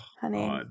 honey